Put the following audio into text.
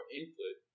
input